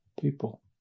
people